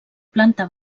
planta